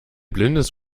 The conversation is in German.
blindes